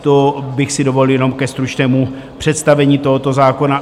To bych si dovolil jenom ke stručnému představení tohoto zákona.